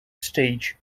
stage